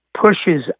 pushes